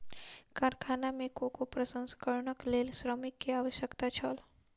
कारखाना में कोको प्रसंस्करणक लेल श्रमिक के आवश्यकता छल